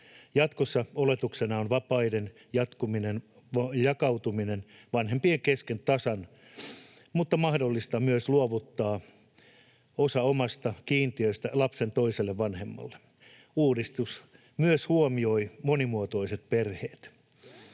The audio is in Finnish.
Jatkossa oletuksena on vapaiden jakautuminen vanhempien kesken tasan, mutta mahdollista on myös luovuttaa osa omasta kiintiöstä lapsen toiselle vanhemmalle. Uudistus myös huomioi monimuotoiset perheet.